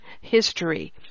history